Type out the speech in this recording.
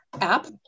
app